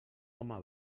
home